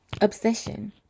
obsession